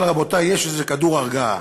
אבל, רבותי, יש איזה כדור הרגעה,